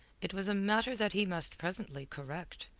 it was a matter that he must presently correct.